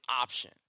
option